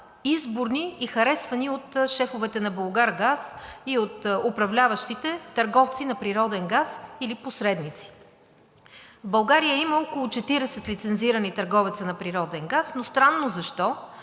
изборни и харесвани от шефовете на „Булгаргаз“ и от управляващите търговци на природен газ или посредници. В България има около 40 лицензирани търговци на природен газ, но странно защо